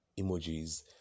emojis